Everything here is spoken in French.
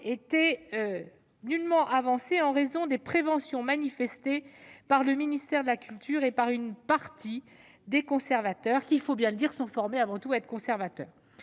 n'a nullement avancé en raison des préventions manifestées par le ministère de la culture et par une partie des conservateurs, qui, il faut bien le dire, ont été formés d'abord pour garder les